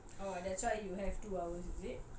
oh that's why you have two hours is it